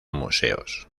museos